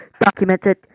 documented